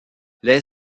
les